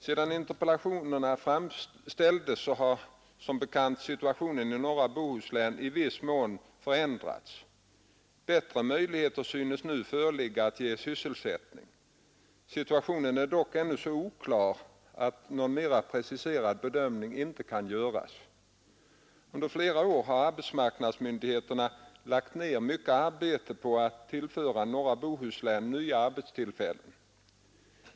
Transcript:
Sedan interpellationerna framställdes har som bekant situationen i norra Bohuslän i viss mån förändrats. Bättre möjligheter synes nu föreligga att ge sysselsättning. Situationen är dock ännu så oklar att någon mer preciserad bedömning inte kan göras. Under flera år har arbetsmarknadsmyndigheterna lagt ner mycket arbete på att tillföra norra Bohuslän nya arbetstillfällen.